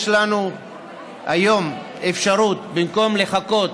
יש לנו היום אפשרות, במקום לחכות